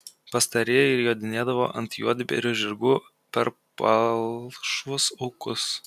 pastarieji jodinėdavo ant juodbėrių žirgų per palšvus ūkus